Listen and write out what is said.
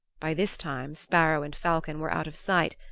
by this time sparrow and falcon were out of sight,